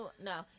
No